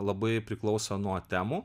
labai priklauso nuo temų